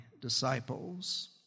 disciples